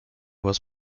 was